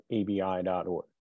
abi.org